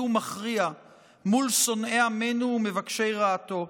ומכריע מול שונאי עמנו ומבקשי רעתו,